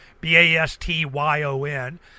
B-A-S-T-Y-O-N